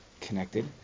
connected